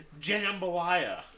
jambalaya